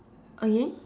again